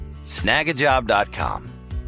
snagajob.com